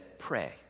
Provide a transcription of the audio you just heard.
pray